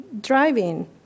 driving